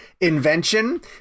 invention